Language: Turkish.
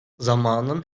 zamanın